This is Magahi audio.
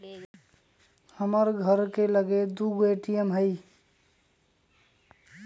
हमर घर के लगे दू गो ए.टी.एम हइ